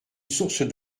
source